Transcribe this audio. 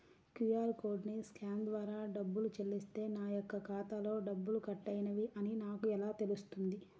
QR కోడ్ని scan ద్వారా డబ్బులు చెల్లిస్తే నా యొక్క ఖాతాలో డబ్బులు కట్ అయినవి అని నాకు ఎలా తెలుస్తుంది?